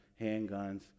handguns